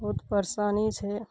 बहुत परेशानी छै